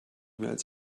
mails